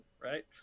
right